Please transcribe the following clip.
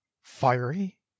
fiery